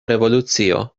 revolucio